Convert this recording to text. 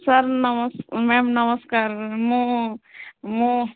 sir ନମସ୍ ma'am ନମସ୍କାର୍ ମୁଁ ମୁଁ